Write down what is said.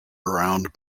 around